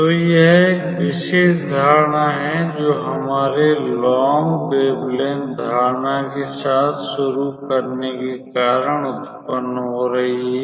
तो यह एक विशेष धारणा है जो हमारे लोंग वेवलेंथ धारणा के साथ शुरू करने के कारण उत्पन्न हो रही है